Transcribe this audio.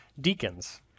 deacons